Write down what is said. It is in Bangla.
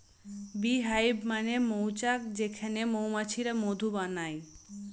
বী হাইভ মানে মৌচাক যেখানে মৌমাছিরা মধু বানায়